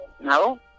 No